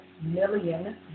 million